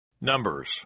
Numbers